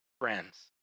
friends